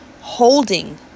holding